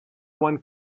one